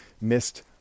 missed